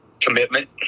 Commitment